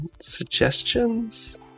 suggestions